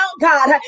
God